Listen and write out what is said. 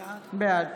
בעד